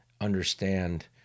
understand